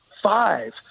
Five